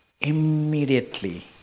immediately